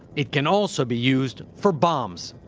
it can, also, be used for bombs.